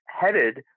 headed